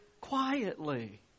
quietly